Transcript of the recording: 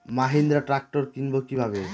Mahindra tractor কিনবো কি ভাবে?